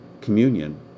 communion